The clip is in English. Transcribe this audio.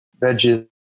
veggies